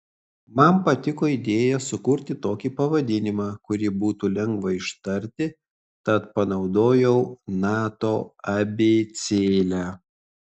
man patiko idėja sukurti tokį pavadinimą kurį būtų lengva ištarti tad panaudojau nato abėcėlę